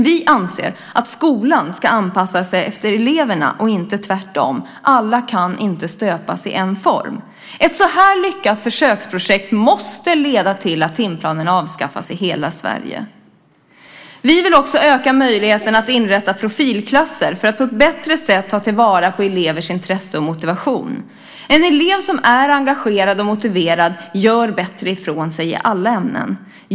Vi anser att skolan ska anpassas efter eleverna och inte tvärtom. Alla kan inte stöpas i en form. Ett sådant här lyckat försöksprojekt måste leda till att timplanen avskaffas i hela Sverige. Vi vill också öka möjligheterna att inrätta profilklasser för att på ett bättre sätt ta till vara elevers intresse och motivation. En elev som är engagerad och motiverad gör bättre ifrån sig i alla ämnen.